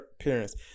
appearance